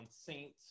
Saints